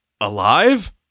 alive